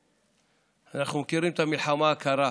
אנחנו מכירים את המלחמה הקרה,